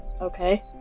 Okay